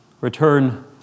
Return